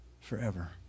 forever